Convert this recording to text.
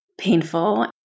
painful